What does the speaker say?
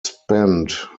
spent